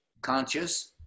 conscious